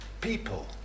people